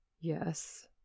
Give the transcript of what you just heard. Yes